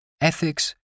Ethics